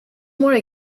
more